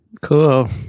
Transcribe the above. Cool